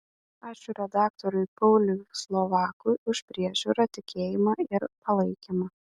ačiū redaktoriui paului slovakui už priežiūrą tikėjimą ir palaikymą